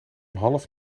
half